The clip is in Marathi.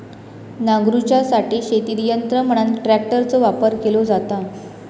नांगरूच्यासाठी शेतीत यंत्र म्हणान ट्रॅक्टरचो वापर केलो जाता